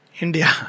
India